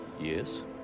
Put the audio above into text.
Yes